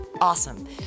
Awesome